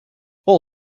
all